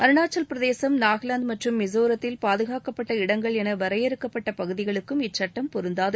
அருணாச்சலப்பிரதேசம் நாகாலாந்து மற்றும் மிசோரத்தில் பாதுகாக்கப்பட்ட இடங்கள் என வரையறுக்கப்பட்ட பகுதிகளுக்கும் இச்சட்டம் பொருந்தாது